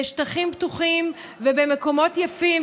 בשטחים פתוחים ובמקומות יפים,